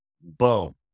boom